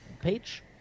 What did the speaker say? page